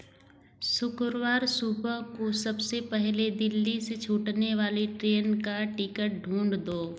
शुक्रवार सुबह को सबसे पहले दिल्ली से छूटने वाली ट्रेन का टिकट ढूँढ दो